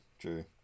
true